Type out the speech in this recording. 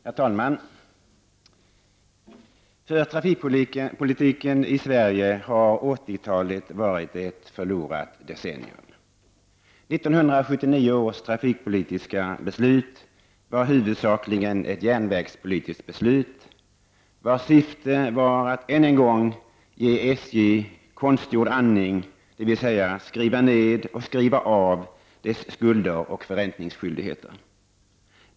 Herr talman! För trafikpolitiken i Sverige har 80-talet varit ett förlorat decennium. 1979 års trafikpolitiska beslut var huvudsakligen ett järnvägspolitiskt beslut, vars syfte var att än en gång ge SJ konstgjord andning, dvs. skriva ned och skriva av dess skulder och förräntningsskyldigheter.